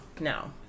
no